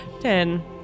Ten